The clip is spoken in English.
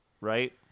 Right